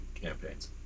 campaigns